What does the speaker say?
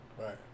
Right